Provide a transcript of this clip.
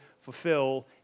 fulfill